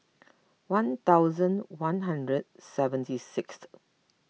one thousand one hundred seventy sixth